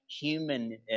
human